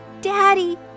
Daddy